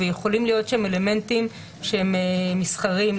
ויכולים להיות שם אלמנטים שהם מסחריים,